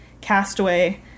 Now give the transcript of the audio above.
Castaway